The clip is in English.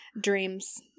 dreams